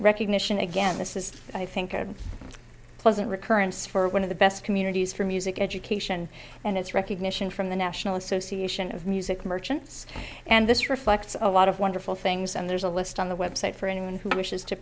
recognition again this is i think a pleasant recurrence for one of the best communities for music education and it's recognition from the national association of music merchants and this reflects a lot of wonderful things and there's a list on the website for anyone who wishes to